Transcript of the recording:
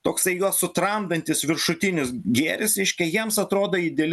toksai juos sutramdantis viršutinis gėris reiškia jiems atrodo ideali